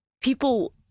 people